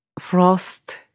frost